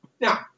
Now